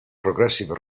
progressive